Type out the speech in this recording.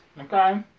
Okay